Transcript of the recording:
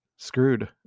Screwed